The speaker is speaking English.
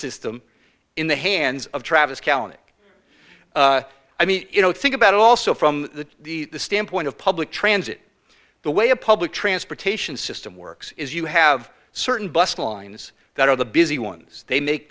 system in the hands of travis county i mean you know think about it also from the the standpoint of public transit the way a public transportation system works is you have certain bus lines that are the busy ones they make